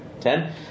Ten